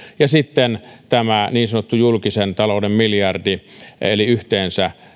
ja sitten on niin sanottu julkisen talouden miljardi eli yhteensä